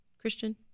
Christian